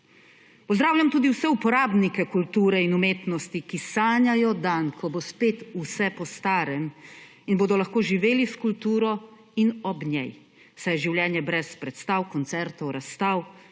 Pozdravljam tudi vse uporabnike kulture in umetnosti, ki sanjajo dan, ko bo spet vse po starem in bodo lahko živeli s kulturo in ob njej, saj življenje brez predstav, koncertov, razstav